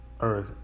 earth